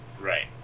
Right